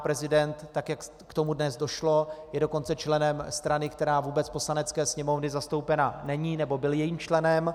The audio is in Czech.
Prezident, jak k tomu dnes došlo, je dokonce členem strany, která vůbec v Poslanecké sněmovně zastoupena není, nebo byl jejím členem.